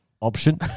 option